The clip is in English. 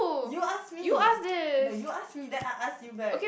you ask me no you ask me then I ask you back